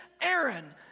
Aaron